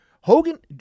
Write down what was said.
Hogan